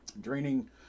Draining